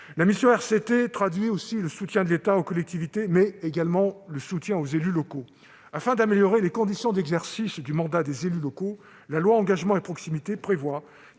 La mission RCT traduit le soutien de l'État aux collectivités, mais également aux élus locaux. Afin d'améliorer les conditions d'exercice du mandat des élus locaux, la loi Engagement et proximité prévoit